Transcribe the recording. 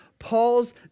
Paul's